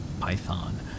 python